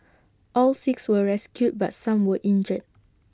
all six were rescued but some were injured